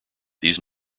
these